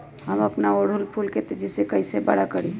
हम अपना ओरहूल फूल के तेजी से कई से बड़ा करी?